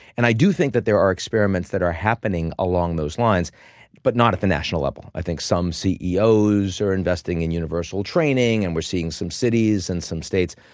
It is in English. and i do think that there are experiments that are happening along those lines but not at the national level. i think some ceo's are investing in universal training and we're seeing some cities and some states.